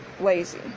lazy